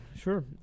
sure